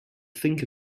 think